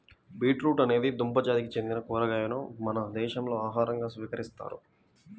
beetroot అనేది దుంప జాతికి చెందిన కూరగాయను మన దేశంలో ఆహారంగా స్వీకరిస్తారు